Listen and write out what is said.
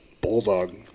bulldog